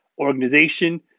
organization